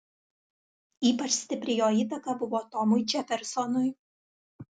ypač stipri jo įtaka buvo tomui džefersonui